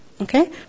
Okay